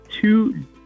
Two